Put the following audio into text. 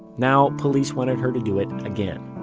now police wanted her to do it again.